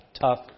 tough